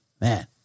man